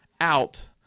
out